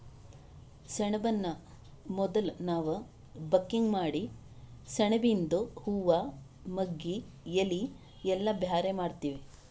ಸೆಣಬನ್ನ ಮೊದುಲ್ ನಾವ್ ಬಕಿಂಗ್ ಮಾಡಿ ಸೆಣಬಿಯಿಂದು ಹೂವಾ ಮಗ್ಗಿ ಎಲಿ ಎಲ್ಲಾ ಬ್ಯಾರೆ ಮಾಡ್ತೀವಿ